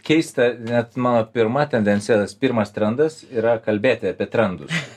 keista net mano pirma tendencija tas pirmas trendas yra kalbėti apie trendus